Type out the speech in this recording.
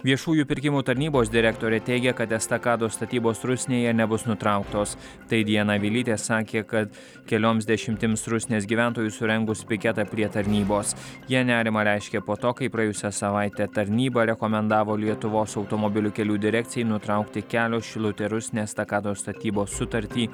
viešųjų pirkimų tarnybos direktorė teigia kad estakados statybos rusnėje nebus nutrauktos tai diana vilytė sakė kad kelioms dešimtims rusnės gyventojų surengus piketą prie tarnybos jie nerimą reiškia po to kai praėjusią savaitę tarnyba rekomendavo lietuvos automobilių kelių direkcijai nutraukti kelio šilutė rusnė estakados statybos sutartį